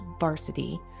Varsity